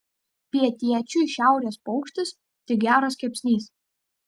pietiečiui šiaurės paukštis tik geras kepsnys